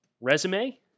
resume